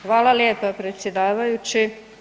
Hvala lijepa predsjedavajući.